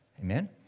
Amen